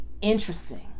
interesting